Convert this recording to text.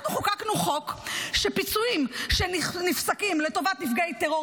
אנחנו חוקקנו חוק שפיצויים שנפסקים לטובת נפגעי טרור